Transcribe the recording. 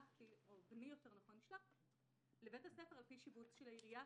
בני נשלח לבית הספר על פי שיבוץ של העירייה,